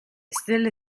stelle